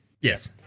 Yes